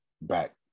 back